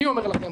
אני אומר לכם,